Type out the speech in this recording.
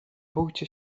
bójcie